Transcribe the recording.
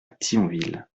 thionville